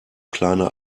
kleiner